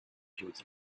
towards